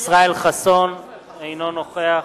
אינו נוכח